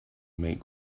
make